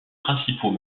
principaux